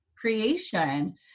creation